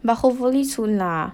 but hopefully soon lah